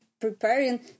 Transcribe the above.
preparing